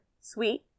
sweet